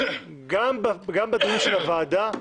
גם בדיון של הוועדה,